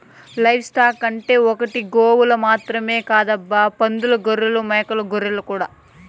live stock అంటే ఒట్టి గోవులు మాత్రమే కాదబ్బా పందులు గుర్రాలు మేకలు గొర్రెలు కూడా